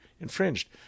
infringed